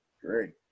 great